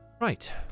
Right